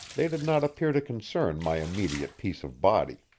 they did not appear to concern my immediate peace of body.